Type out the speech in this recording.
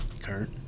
kurt